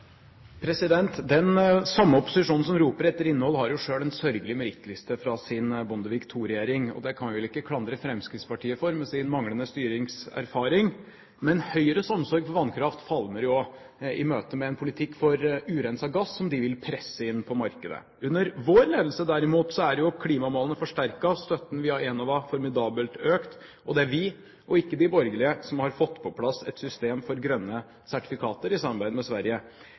Den samme opposisjon som roper etter innhold, har jo selv en sørgelig merittliste fra sin Bondevik II-regjering. Det kan vi vel ikke klandre Fremskrittspartiet for, med sin manglende styringserfaring. Men Høyres omsorg for vannkraft falmer jo i møte med en politikk for urenset gass, som de vil presse inn på markedet. Under vår ledelse, derimot, er klimamålene forsterket, støtten via Enova har økt formidabelt, og det er vi og ikke de borgerlige som har fått på plass et system for grønne sertifikater i samarbeid med Sverige.